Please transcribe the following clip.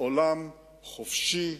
עולם חופשי,